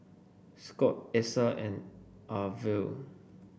Scot Essa and Arvil